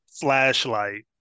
flashlight